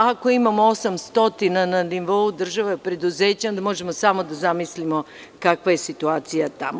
Ako imamo 800 na nivou države od preduzeća, onda možemo samo da zamislimo kakva je situacija tamo.